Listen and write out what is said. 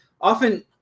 often